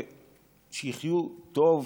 ושיחיו טוב,